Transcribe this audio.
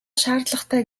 шаардлагатай